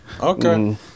Okay